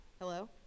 Hello